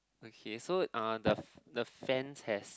okay so uh the the fence has